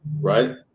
right